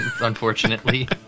unfortunately